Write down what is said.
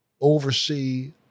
oversee